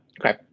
Okay